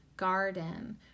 Garden